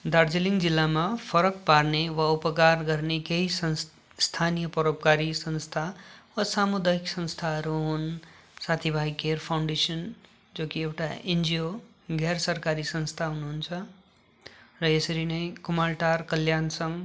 दार्जिलिङ जिल्लामा फरक पार्ने वा उपकार गर्ने केही संस्था स्थानीय परोपकारी संस्था असामुदायिक संस्थाहरू हुन् साथीभाइ केयर फाउन्डेसन जो कि एउटा एनजियो हो गैरसरकारी संस्था हुनुहुन्छ र यसरी नै कुमलटार कल्याण संघ